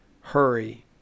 hurry